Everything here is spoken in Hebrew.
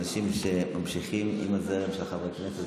אנשים שממשיכים עם הזרם של חברי הכנסת,